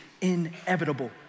inevitable